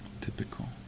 Typical